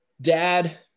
dad